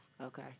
Okay